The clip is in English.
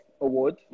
award